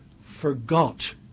forgot